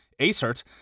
ACERT